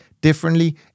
differently